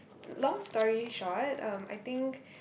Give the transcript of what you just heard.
long story short um I think